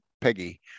peggy